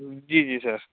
جی جی سر